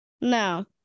No